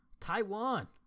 Taiwan